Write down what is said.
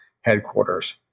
headquarters